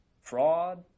fraud